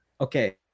okay